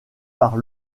par